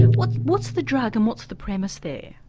what's what's the drug and what's the premise there?